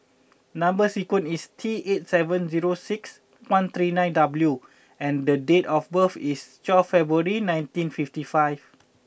number sequence is T eight seven zero six one three nine W and the date of birth is twelve February nineteen fifty five